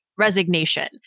resignation